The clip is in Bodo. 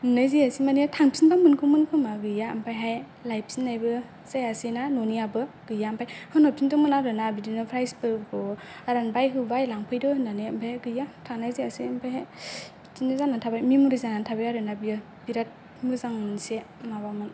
नुनाय जायासै माने थांफिनबा मोनगौमोन खोमा गैया ओमफायहाय लायफिन्नायबो जायासै ना न'नियाबो गैया ओमफाय होनहरफिनदोंमोन आरो ना बिदिनो प्राइजफोरखौ रानबाय होबाय लांफैदो होन्नानै ओमफाय गैया थांनाय जायासै ओमफायहाय बिदिनो जानानै थाबाय मेम'रि जानानै थाबाय आरोना बियो बिराद मोजां मोनसे माबामोन